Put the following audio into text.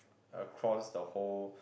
across the whole